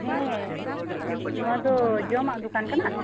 ᱦᱮᱸ ᱱᱚᱣᱟ ᱫᱚ ᱡᱚᱢᱟᱜ ᱫᱚᱠᱟᱱ ᱠᱟᱱᱟ